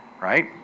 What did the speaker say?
right